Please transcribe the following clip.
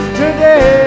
today